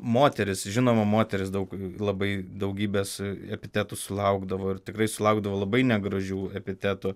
moteris žinoma moteris daug labai daugybės epitetų sulaukdavo ir tikrai sulaukdavo labai negražių epitetų